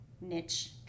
niche